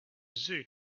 zoo